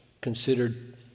considered